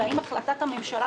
והאם החלטת הממשלה,